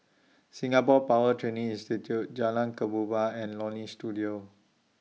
Singapore Power Training Institute Jalan Kemboja and Leonie Studio